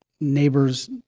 Neighbors